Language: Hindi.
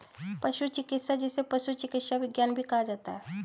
पशु चिकित्सा, जिसे पशु चिकित्सा विज्ञान भी कहा जाता है